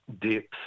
depth